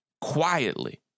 quietly